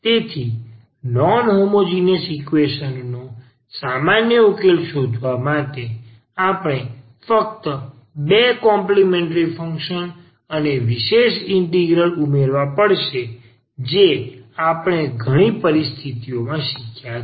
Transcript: તેથી non homogeneous equation નો સામાન્ય ઉકેલ શોધવા માટે આપણે ફક્ત બે કોમ્પલિમેન્ટ્રી ફંક્શન અને વિશેષ ઇન્ટિગ્રલ ઉમેરવા પડશે જે આપણે ઘણી પરિસ્થિતિઓમાં શીખ્યા છે